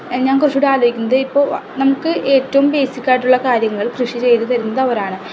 ഞാൻ കുറച്ചൂകൂടെ ആലോചിക്കുന്നത് ഇപ്പോൾ നമുക്ക് ഏറ്റവും ബേസിക്ക് ആയിട്ടുള്ള കാര്യങ്ങൾ കൃഷി ചെയ്ത് തരുന്നത് അവരാണ്